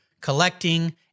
collecting